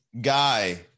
guy